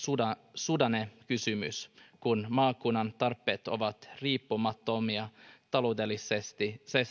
suhdannekysymys kun maakunnan tarpeet ovat riippumattomia taloudellisesta